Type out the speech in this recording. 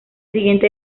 siguiente